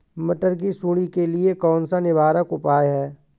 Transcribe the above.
मटर की सुंडी के लिए कौन सा निवारक उपाय है?